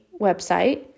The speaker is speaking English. website